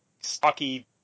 stocky